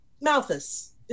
Malthus